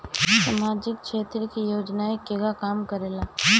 सामाजिक क्षेत्र की योजनाएं केगा काम करेले?